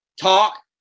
talk